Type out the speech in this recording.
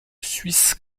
suisse